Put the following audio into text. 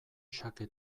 xake